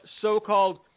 so-called